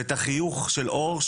ואת החיוך של אור,